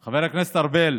ארבל,